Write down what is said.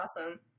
awesome